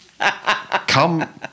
Come